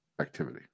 activity